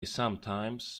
sometimes